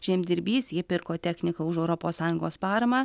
žemdirbys jei pirko techniką už europos sąjungos paramą